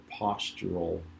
postural